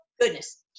goodness